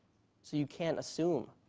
so you can't assume.